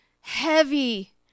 heavy